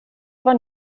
var